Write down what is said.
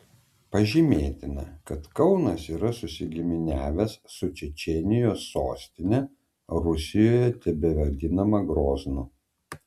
pažymėtina kad kaunas yra susigiminiavęs su čečėnijos sostine rusijoje tebevadinama groznu